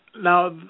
Now